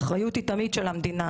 האחריות היא תמיד של המדינה,